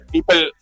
People